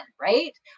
right